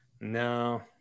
No